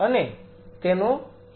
અને તેનો હેતુ શું છે